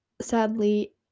sadly